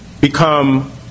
become